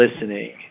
listening